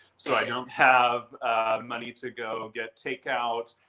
so i don't have money to go get takeout.